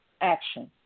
action